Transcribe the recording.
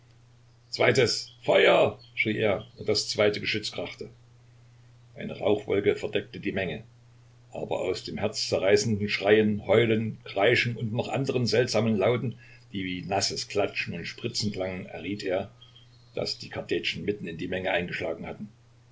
zweites feuer schrie er und das zweite geschütz krachte eine rauchwolke verdeckte die menge aber aus dem herzzerreißenden schreien heulen kreischen und noch anderen seltsamen lauten die wie nasses klatschen und spritzen klangen erriet er daß die kartätschen mitten in die menge eingeschlagen hatten